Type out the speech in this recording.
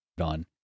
on